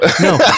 No